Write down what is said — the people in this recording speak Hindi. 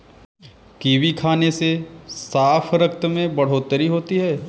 कीवी खाने से साफ रक्त में बढ़ोतरी होती है